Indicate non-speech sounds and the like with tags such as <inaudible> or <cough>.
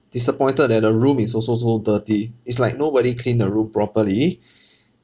disappointed that the room is also so dirty it's like nobody cleaned the room properly <breath>